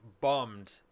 bummed